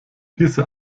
diese